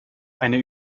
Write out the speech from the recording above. eine